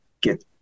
get